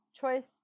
choice